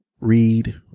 Read